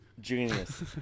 Genius